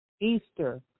Easter